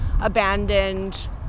abandoned